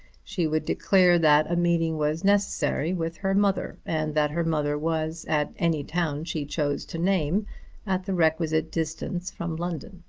she would declare that a meeting was necessary with her mother, and that her mother was at any town she chose to name at the requisite distance from london.